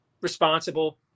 responsible